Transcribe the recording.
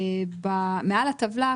מעל הטבלה כתבתם: